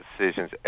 decisions